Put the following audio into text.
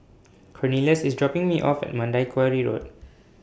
Cornelious IS dropping Me off At Mandai Quarry Road